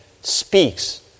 speaks